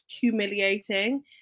humiliating